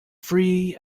free